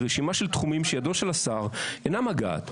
רשימה של תחומים שידו של השר אינה מגעת,